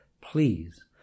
please